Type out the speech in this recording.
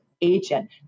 agent